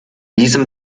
diesem